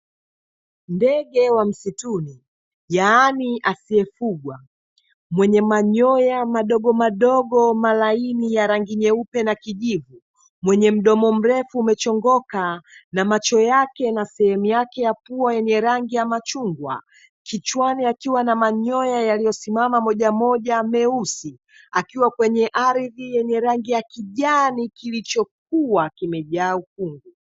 Ndege wa msituni yaani asiyefugwa mwenye manyoya madogomadogo malaini ya rangi nyeupe na kijivu, mwenye mdomo mrefu umechongoka na macho yake na sehemu yake ya pua yenye rangi ya machungwa, kichwani akiwa na manyoya yaliyosimama mojamoja meusi; akiwa kwenye ardhi yenye rangi ya kijani kilichokua kimejaa ukungu.